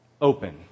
open